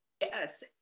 Yes